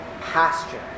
pasture